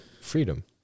Freedom